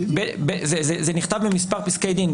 זה נכתב במספר פסקי דין,